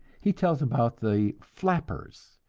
he tells about the flappers,